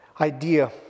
idea